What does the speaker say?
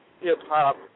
hip-hop